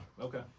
Okay